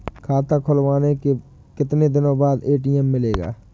खाता खुलवाने के कितनी दिनो बाद ए.टी.एम मिलेगा?